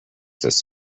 this